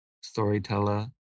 storyteller